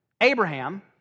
Abraham